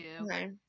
Okay